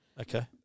Okay